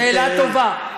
שאלה טובה.